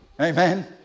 Amen